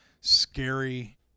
scary